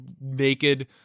naked